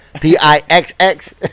P-I-X-X